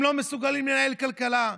הם לא מסוגלים לנהל כלכלה,